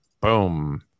Boom